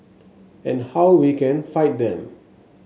and how we can fight them